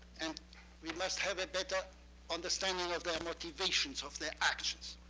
and we must have a better understanding of their motivations of their actions.